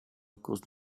kost